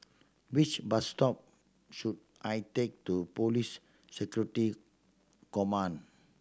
which bus stop should I take to Police Security Command